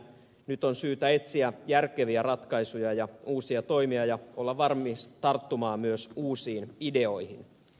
nyt on syytä etsiä järkeviä ratkaisuja ja uusia toimia ja olla valmis tarttumaan myös uusiin ideoihin